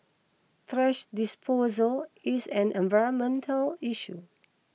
thrash disposal is an environmental issue